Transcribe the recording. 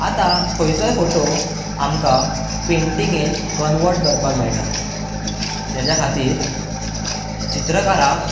आता खंयचोय फोटो आमकां पेन्टीगेंत क्नवर्ट करपाक मेळटा तेज्या खातीर चित्रकाराक